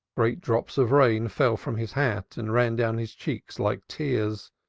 great drops of rain fell from his hat and ran down his cheeks like tears.